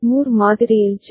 Moore மாதிரியில் J